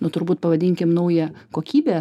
nu turbūt pavadinkim naują kokybę